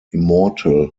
immortal